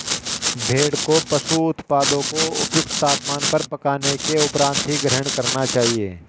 भेड़ को पशु उत्पादों को उपयुक्त तापमान पर पकाने के उपरांत ही ग्रहण करना चाहिए